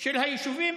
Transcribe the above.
של היישובים.